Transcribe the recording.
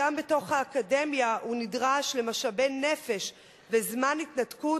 גם בתוך האקדמיה הוא נדרש למשאבי נפש וזמן התנתקות